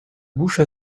bouche